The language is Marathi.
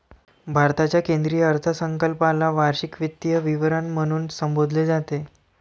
भारताच्या केंद्रीय अर्थसंकल्पाला वार्षिक वित्तीय विवरण म्हणून संबोधले जाते